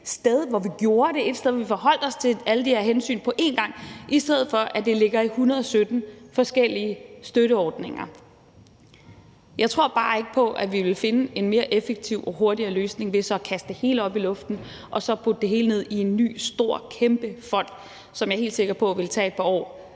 sted, hvor vi gjorde det, ét sted, hvor vi forholdt os til alle de her hensyn på en gang, i stedet for at det ligger i hundrede sytten forskellige støtteordninger. Jeg tror bare ikke på, at vi ville finde en mere effektiv og hurtigere løsning ved at kaste det hele op i luften og så putte det hele ned i en ny stor, kæmpe fond, hvor jeg er sikker på, at det ville tage et par år,